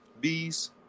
Bees